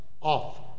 off